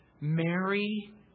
Mary